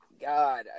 God